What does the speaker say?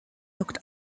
looked